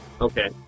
Okay